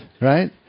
right